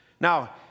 Now